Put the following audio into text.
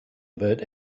about